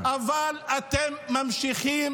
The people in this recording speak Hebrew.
אבל אתם ממשיכים